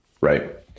right